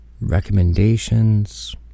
recommendations